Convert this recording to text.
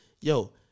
yo